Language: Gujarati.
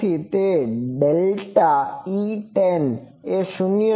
તેથી ∆ Etan એ શૂન્ય નથી